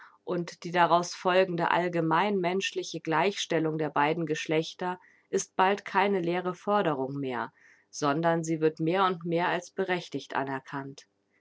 und die daraus folgende allgemein menschliche gleichstellung der beiden geschlechter ist bald keine leere forderung mehr sondern sie wird mehr und mehr als berechtigt anerkannt